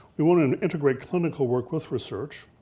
we wanna and integrate clinical work with research.